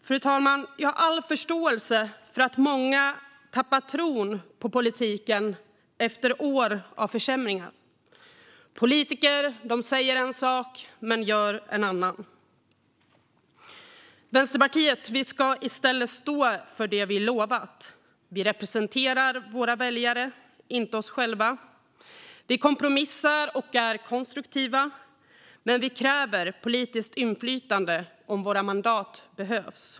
Fru talman! Jag har all förståelse för att många tappat tron på politiken efter år av försämringar. Politiker säger en sak men gör en annan. Vi i Vänsterpartiet ska i stället stå för det vi lovat. Vi representerar våra väljare, inte oss själva. Vi kompromissar och är konstruktiva, men vi kräver politiskt inflytande om våra mandat behövs.